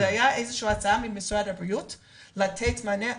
זו הייתה איזו שהיא הצעה ממשרד הבריאות לתת מענה.